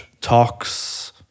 talks